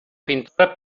pintores